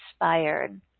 inspired